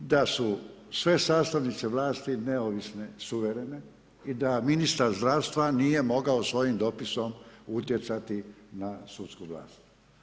Da su sve sastavnice vlasti, neovisne suvremene i da ministar zdravstva nije mogao svojim dopisom utjecati na sudsku vlast.